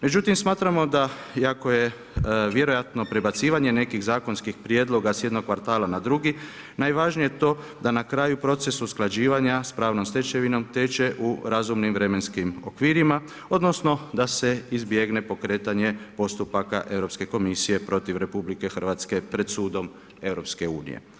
Međutim, smatramo da iako je vjerojatno prebacivanje nekih zakonskih prijedloga s jednog kvartala na drugi, najvažnije to, da na kraju proces usklađivanja s pravnom stečevinom teče u raznim vremenskim okvirima, odnosno, da se izbjegne pokretanje postupaka Europske komisije protiv RH, pred Sudom EU.